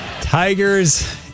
Tigers